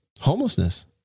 Homelessness